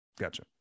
Gotcha